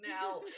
now